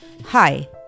Hi